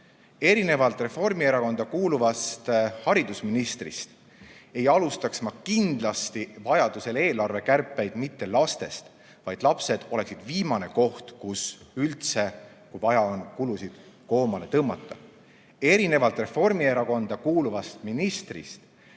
Erinevalt Reformierakonda kuuluvast haridusministrist ei alustaks ma kindlasti vajaduse korral eelarvekärpeid mitte lastest, vaid lapsed oleksid viimane koht, kus üldse kulusid koomale tõmmata. Erinevalt Reformierakonda kuuluvast ministrist